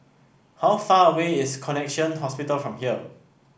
how far away is Connexion Hospital from here